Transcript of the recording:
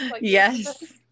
Yes